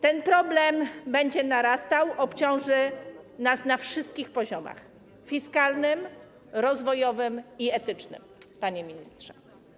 Ten problem będzie narastał, obciąży nas na wszystkich poziomach: fiskalnym, rozwojowym i etycznym, panie ministrze.